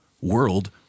world